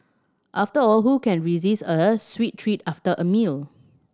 after all who can resist a sweet treat after a meal